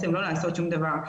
לא לעשות שום דבר.